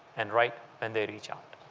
and right when they reach out.